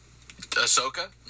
Ahsoka